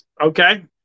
Okay